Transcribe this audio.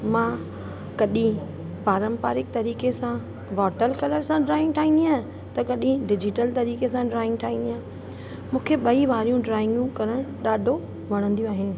मां कॾहिं पारंपारिक तरीक़े सां वॉटर कलर सां ड्रॉइंग ठाहींदी आहे त कॾहिं डिजिटल तरीक़े सां ड्रॉइंग ठाहींदी आहे मूंखे ॿई वारियूं ड्रॉइंगू करणु ॾाढो वणंदियूं आहिनि